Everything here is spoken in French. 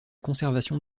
conservation